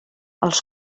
els